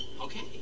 Okay